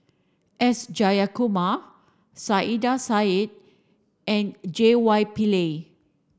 S Jayakumar Saiedah Said and J Y Pillay